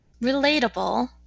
Relatable